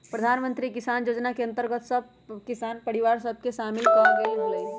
प्रधानमंत्री किसान जोजना के अंतर्गत सभ किसान परिवार सभ के सामिल क् लेल गेलइ ह